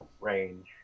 range